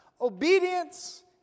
obedience